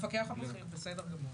המפקח הבכיר, בסדר גמור.